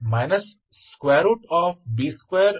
तो यह प्लेन में हाइपरबोलिक समीकरण है